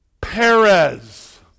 Perez